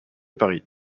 paris